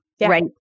right